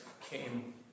came